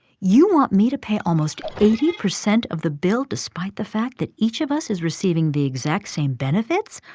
you want me to pay almost eighty percent of the bill despite the fact that each of us is receiving the exact same benefits?